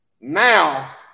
Now